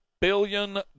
billion